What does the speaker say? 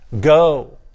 Go